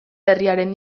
herriaren